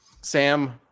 Sam